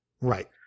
Right